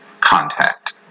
contact